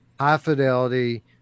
high-fidelity